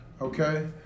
Okay